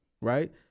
right